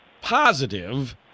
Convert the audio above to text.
positive